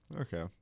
Okay